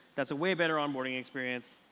that's a way better onboarding experience.